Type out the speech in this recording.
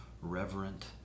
reverent